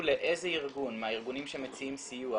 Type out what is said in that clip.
לאיזה ארגון מהארגונים שמציעים סיוע,